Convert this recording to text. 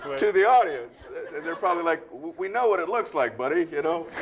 to the audience. and they're probably like, we know what it looks like, buddy, you know.